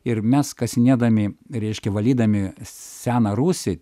ir mes kasinėdami reiškia valydami seną rūsį